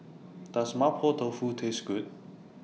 Does Mapo Tofu Taste Good